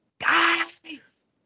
Guys